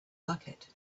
bucket